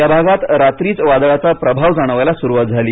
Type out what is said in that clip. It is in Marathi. या भागात रात्रीच वादळाचा प्रभाव जाणवायला सुरूवात झाली